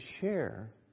share